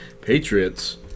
Patriots